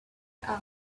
asked